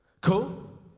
Cool